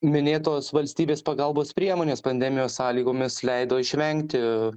minėtos valstybės pagalbos priemonės pandemijos sąlygomis leido išvengti